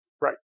Right